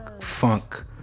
funk